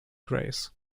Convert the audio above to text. grace